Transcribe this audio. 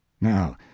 Now